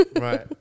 Right